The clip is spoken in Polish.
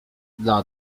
dla